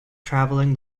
traveling